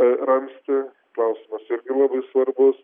ramstį klausimas irgi labai svarbus